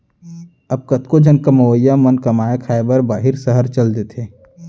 अब कतको झन कमवइया मन कमाए खाए बर बाहिर सहर चल देथे